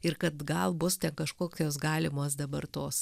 ir kad gal bus kažkokios galimos dabar tos